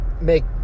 make